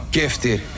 gifted